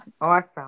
Awesome